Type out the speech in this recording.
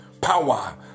power